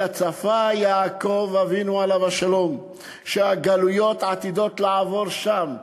אלא צפה יעקב אבינו עליו השלום שהגלויות עתידות לעבור שם,